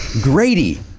Grady